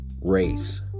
race